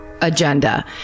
Agenda